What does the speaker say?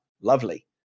lovely